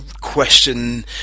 question